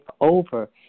over